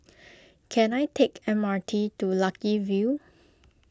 can I take the M R T to Lucky View